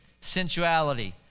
sensuality